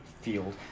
field